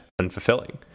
unfulfilling